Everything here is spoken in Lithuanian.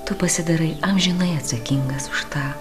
tu pasidarai amžinai atsakingas už tą